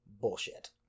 bullshit